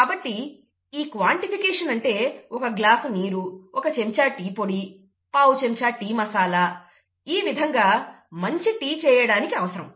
కాబట్టి ఈ క్వాన్టిఫికేషన్ అంటే ఒక గ్లాసు నీరు ఒక చెంచా టి పొడి పావు చెంచా టీ మసాలా ఈ విధంగా మంచి టి చేయడానికి అవసరం